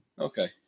Okay